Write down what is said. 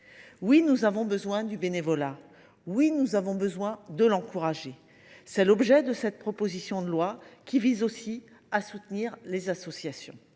Oui, nous avons besoin du bénévolat ! Oui, nous devons l’encourager ! C’est l’objet de cette proposition de loi, qui vise aussi à soutenir les associations.